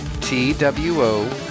T-W-O